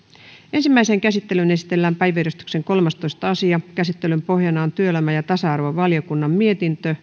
ensimmäiseen käsittelyyn esitellään päiväjärjestyksen kolmastoista asia käsittelyn pohjana on työelämä ja tasa arvovaliokunnan mietintö